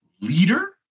leader